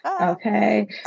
okay